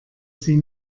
sie